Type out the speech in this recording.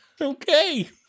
Okay